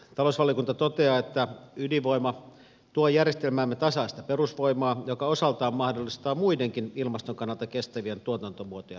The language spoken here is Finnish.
talousvaliokunta toteaa että ydinvoima tuo järjestelmäämme tasaista perusvoimaa joka osaltaan mahdollistaa muidenkin ilmaston kannalta kestävien tuotantomuotojen kehittämisen